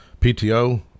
pto